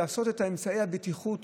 זה לעשות את אמצעי הבטיחות,